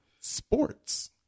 sports